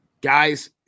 Guys